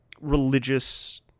religious